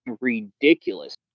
ridiculous